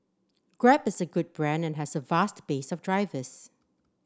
Grab is a good brand and has a vast base of drivers